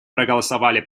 проголосовали